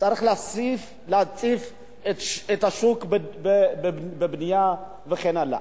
צריך להציף את השוק בבנייה וכן הלאה.